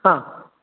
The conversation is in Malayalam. ഹാ